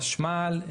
חשמל,